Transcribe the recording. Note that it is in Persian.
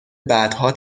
بعدها